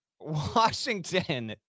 Washington